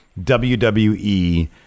wwe